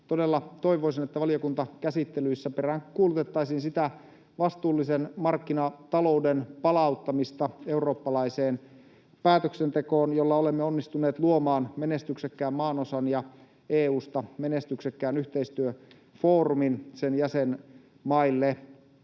todella toivoisin, että valiokuntakäsittelyissä peräänkuulutettaisiin sitä vastuullisen markkinatalouden palauttamista eurooppalaiseen päätöksentekoon, jolla olemme onnistuneet luomaan menestyksekkään maanosan ja EU:sta menestyksekkään yhteistyöfoorumin sen jäsenmaille.